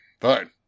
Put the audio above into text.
Fine